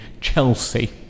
Chelsea